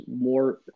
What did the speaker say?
more